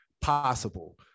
possible